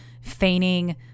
feigning